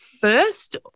first